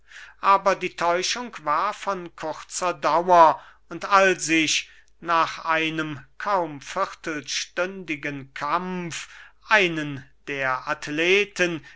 aber die täuschung war von kurzer dauer und als ich nach einem kaum viertelstündigen kampf einen der athleten